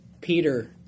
peter